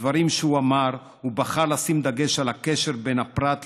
בדברים שהוא אמר הוא בחר לשים דגש על הקשר בין הפרט לכלל.